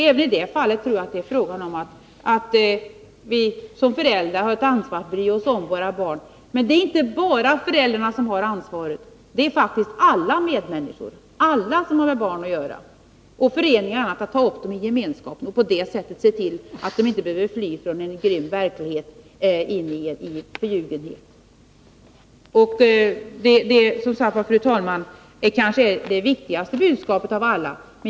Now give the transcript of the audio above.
Även i det fallet tror jag att vi som föräldrar har ett ansvar. Vi måste bry oss om våra barn. Men det är inte bara föräldrarna som har ansvaret. Alla medmänniskor, alla som har med barn att göra har faktiskt det ansvaret. Det gäller också föreningarna, som skall ta upp barnen i gemenskapen och på det sättet se till att de inte behöver fly från en grym verklighet in i förljugenhet. Det är, fru talman, kanske det viktigaste budskapet av alla.